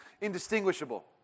indistinguishable